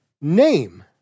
name